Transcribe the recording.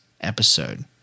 episode